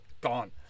Gone